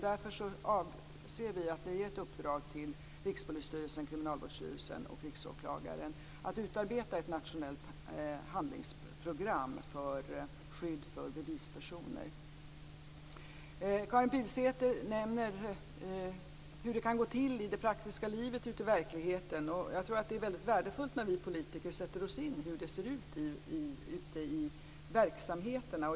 Därför avser vi att ge ett uppdrag till Rikspolisstyrelsen, Kriminalvårdsstyrelsen och Riksåklagaren att utarbeta ett nationellt handlingsprogram för skydd av bevispersoner. Karin Pilsäter nämner hur det kan gå till ute i det praktiska livet, och jag tror att det är väldigt värdefullt när politiker sätter sig in i hur det ser ut ute i verksamheterna.